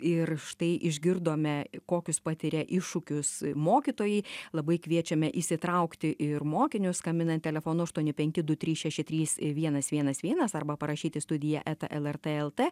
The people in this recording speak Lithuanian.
ir štai išgirdome kokius patiria iššūkius mokytojai labai kviečiame įsitraukti ir mokinius skambinant telefonu aštuoni penki du trys šeši trys vienas vienas vienas arba parašyti į studija eta lrt lt